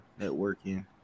networking